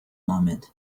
moment